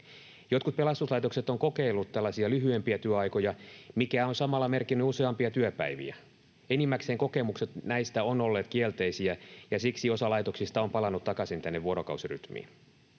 Jotkut pelastuslaitokset ovat kokeilleet lyhyempiä työaikoja, mikä on samalla merkinnyt useampia työpäiviä. Enimmäkseen kokemukset näistä ovat olleet kielteisiä, ja siksi osa laitoksista on palannut takaisin vuorokausirytmiin.